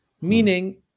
meaning